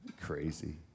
Crazy